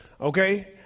Okay